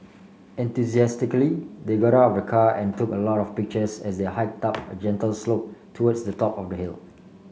enthusiastically they got out of the car and took a lot of pictures as they hiked up a gentle slope towards the top of the hill